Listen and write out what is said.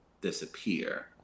disappear